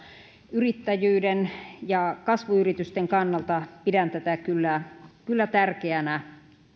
yrittäjyyden ja kasvuyritysten kannalta pidän tätä kyllä kyllä tärkeänä